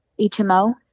HMO